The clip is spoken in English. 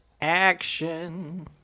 Action